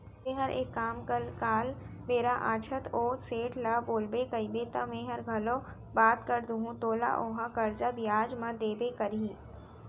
तैंहर एक काम कर काल बेरा आछत ओ सेठ ल बोलबे कइबे त मैंहर घलौ बात कर दूहूं तोला ओहा करजा बियाज म देबे करही